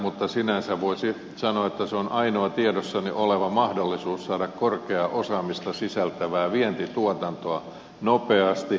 mutta sinänsä voisi sanoa että se on ainoa tiedossani oleva mahdollisuus saada korkeaa osaamista sisältävää vientituotantoa nopeasti